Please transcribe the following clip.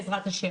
בעזרת ה'.